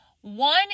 one